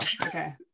okay